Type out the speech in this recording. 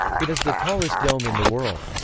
it is the tallest dome in the world.